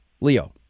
Leo